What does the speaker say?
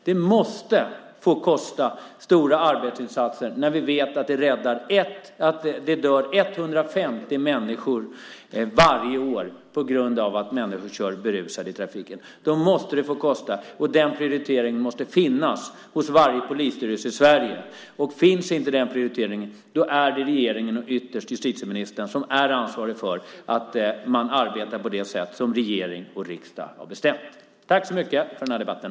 Det måste få kosta stora arbetsinsatser. Vi vet ju att 150 personer varje år dör på grund av att människor kör berusade i trafiken. Då måste det få kosta. Den prioriteringen måste finnas hos varje polisstyrelse i Sverige. Finns inte den prioriteringen är det regeringen och ytterst justitieministern som är ansvariga för att man arbetar på det sätt som regering och riksdag har bestämt. Tack så mycket för den här debatten!